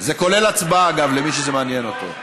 זה כולל הצבעה, למי שזה מעניין אותו.